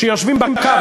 שיושבים בקו,